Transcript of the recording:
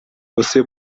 você